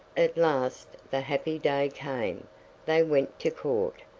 at last the happy day came they went to court,